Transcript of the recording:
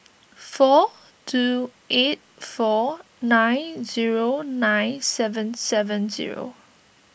four two eight four nine zero nine seven seven zero